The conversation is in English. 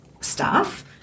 staff